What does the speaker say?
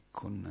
con